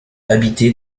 habitée